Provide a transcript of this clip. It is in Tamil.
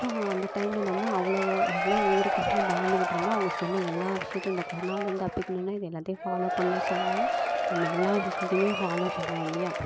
அப்போது அந்த டைமில் நம்ம அவ்வளோ அவ்வளோ உயிருக்கு நம்ம பயந்துக்கிட்டு இருந்தோம் அவங்க எல்லா விஷயத்தையும் இந்த கொரனாவிலேருந்து தப்பிக்கணும்னா இதை எல்லாத்தையும் ஃபாலோ பண்ணணும்னு சொன்னதுனால நம்ம எல்லா விஷயத்தையுமே ஃபாலோ பண்ணோம் இல்லையா